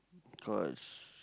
cause